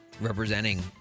Representing